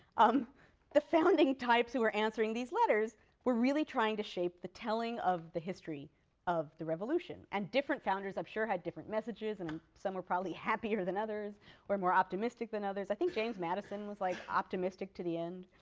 um the founding types who were answering these letters were really trying to shape the telling of the history of the revolution. and different founders i'm sure had different messages, and some were probably happier than others or more optimistic than others. i think james madison was like optimistic to the end.